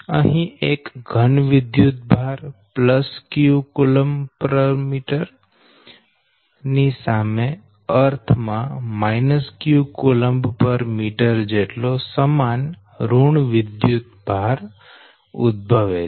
અહી એક ઘન વિદ્યુતભાર q કુલંબમીટર સામે અર્થ માં q કુલંબમીટર જેટલો સમાન ઋણ વિદ્યુતભાર ઉદભવે છે